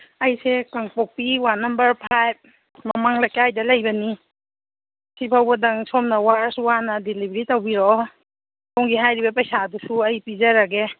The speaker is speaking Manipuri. ꯑꯩꯁꯦ ꯀꯥꯡꯄꯣꯛꯄꯤ ꯋꯥꯔꯠ ꯅꯝꯕꯔ ꯐꯥꯏꯕ ꯃꯃꯥꯥꯡ ꯂꯩꯀꯥꯏꯗ ꯂꯩꯕꯅꯤ ꯁꯤ ꯐꯥꯎꯕꯗꯪ ꯁꯣꯝꯅ ꯋꯥꯔꯁꯨ ꯋꯥꯅ ꯗꯤꯂꯤꯕ꯭ꯔꯤ ꯇꯧꯕꯤꯔꯛꯑꯣ ꯁꯣꯝꯒꯤ ꯍꯥꯏꯔꯤꯕ ꯄꯩꯁꯥꯗꯨꯁꯨ ꯑꯩ ꯄꯤꯖꯔꯒꯦ